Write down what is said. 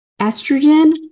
Estrogen